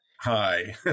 Hi